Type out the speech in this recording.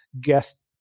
guest